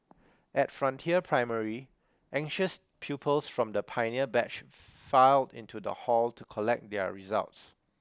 at Frontier Primary anxious pupils from the pioneer batch filed into the hall to collect their results